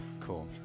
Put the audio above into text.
Cool